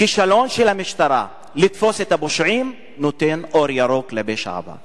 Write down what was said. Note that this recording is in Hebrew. כישלון של המשטרה לתפוס את הפושעים נותן אור ירוק לפשע הבא.